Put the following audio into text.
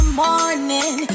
morning